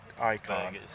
icon